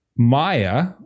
Maya